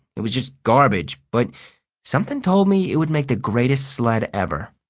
it was just garbage, but something told me it would make the greatest sled ever.